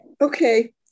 Okay